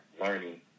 learning